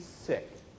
sick